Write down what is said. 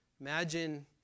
Imagine